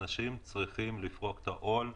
אנשים צריכים עכשיו לפרוק את העול.